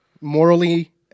Morally